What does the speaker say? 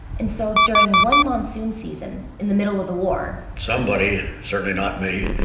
and so, during one monsoon season, in the middle of the war, somebody, certainly not me,